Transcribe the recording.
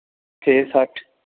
ਛੇ ਸੱਠ